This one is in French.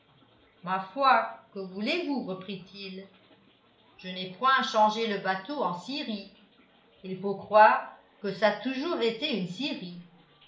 ma foi que voulez-vous reprit-il je n'ai point changé le bateau en scierie il faut croire que ça toujours été une scierie